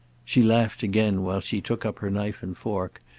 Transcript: she laughed again, while she took up her knife and fork,